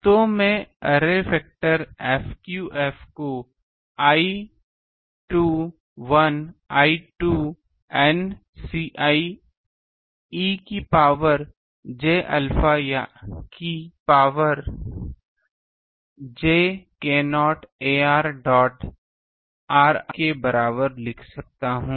तो मैं अरे फैक्टर Fq f को i equal to 1 to N Ci e की पावर j अल्फा यानि कि power j k0 ar dot ri के बराबर लिख सकता हूं